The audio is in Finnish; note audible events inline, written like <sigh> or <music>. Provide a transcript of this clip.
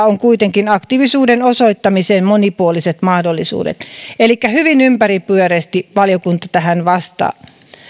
<unintelligible> on kuitenkin aktiivisuuden osoittamiseen monipuoliset mahdollisuudet elikkä hyvin ympäripyöreästi valiokunta tähän vastaa